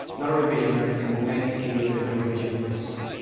not a revision or anything but maybe to give you a bit of a revision list.